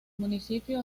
municipio